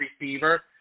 receiver